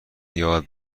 یاد